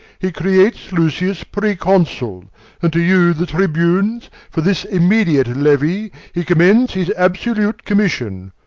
he creates lucius proconsul and to you, the tribunes, for this immediate levy, he commands his absolute commission.